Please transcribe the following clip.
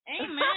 Amen